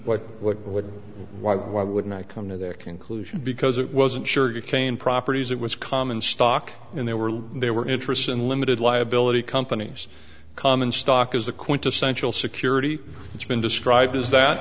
what what what why why wouldn't i come to their conclusion because it wasn't sure who came properties it was common stock and they were they were interests and limited liability companies common stock is the quintessential security it's been described is that